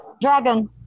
Dragon